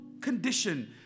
condition